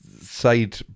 Side